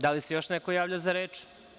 Da li se još neko javlja za reč?